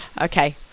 Okay